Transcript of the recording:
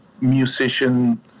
musician